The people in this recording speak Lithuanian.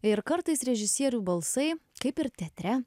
ir kartais režisierių balsai kaip ir teatre